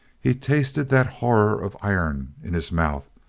he tasted that horror of iron in his mouth,